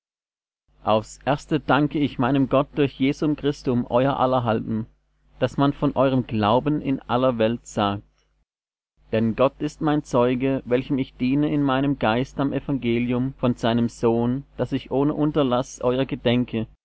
aufs erste danke ich meinem gott durch jesum christum euer aller halben daß man von eurem glauben in aller welt sagt denn gott ist mein zeuge welchem ich diene in meinem geist am evangelium von seinem sohn daß ich ohne unterlaß euer gedenke